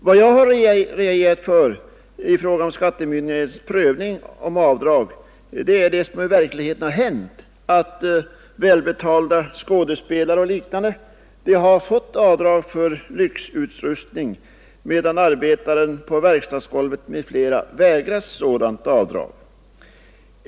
Vad jag reagerar mot när det gäller skattemyndigheternas prövning av avdrag är, att väl betalda skådespelare och liknande har fått avdrag för lyxutrustning, medan arbetaren på verkstadsgolvet och andra vägras sådant avdrag.